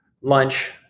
lunch